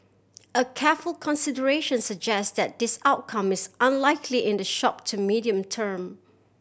a careful consideration suggests that this outcome is unlikely in the short to medium term